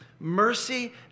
Mercy